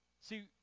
see